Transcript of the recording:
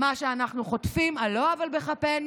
מה שאנחנו חוטפים על לא עוול בכפנו,